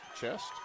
chest